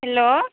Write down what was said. hello